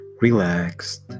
relaxed